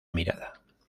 mirada